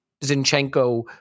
Zinchenko